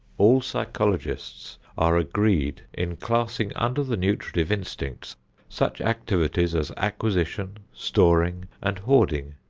all psychologists are agreed in classing under the nutritive instinct such activities as acquisition, storing and hoarding.